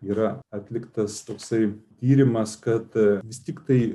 yra atliktas toksai tyrimas kad vis tiktai